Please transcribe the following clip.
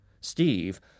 Steve